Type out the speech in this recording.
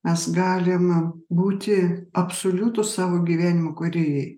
mes galim būti absoliutūs savo gyvenimo kūrėjai